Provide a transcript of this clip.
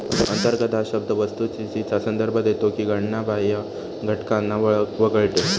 अंतर्गत हा शब्द या वस्तुस्थितीचा संदर्भ देतो की गणना बाह्य घटकांना वगळते